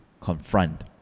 confront